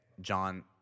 John